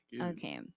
okay